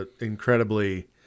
incredibly –